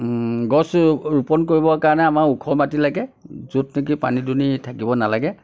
গছ ৰোপণ কৰিবৰ কাৰণে আমাৰ ওখ মাটি লাগে য'ত নেকি পানী দুনি থাকিব নালাগে